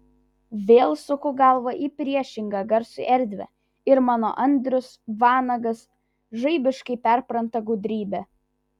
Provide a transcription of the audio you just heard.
vėl suku galvą į priešingą garsui erdvę ir mano andrius vanagas žaibiškai perpranta gudrybę